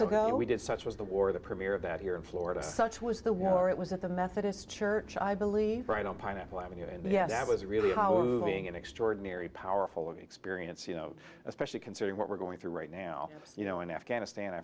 ago we did such was the war the premiere of that here in florida such was the war it was at the methodist church i believe right on pineapple avenue and yeah it was really how a moving and extraordinary powerful experience you know especially considering what we're going through right now you know in afghanistan a